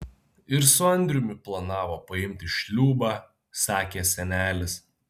ir su andriumi planavo paimti šliūbą sakė senelis